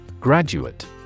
Graduate